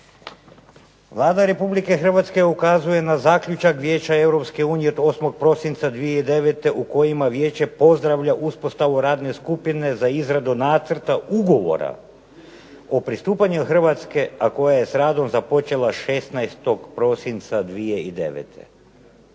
Vlada Republike Hrvatske ukazuje na zaključak Vijeća Europske unije 8. prosinca 2009. u kojima Vijeće pozdravlja uspostavu radne skupine za izradu nacrta ugovora o pristupanju Hrvatske, a koja je s radom započela 16. prosinca 2009.